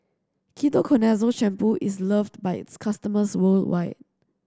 Ketoconazole Shampoo is loved by its customers worldwide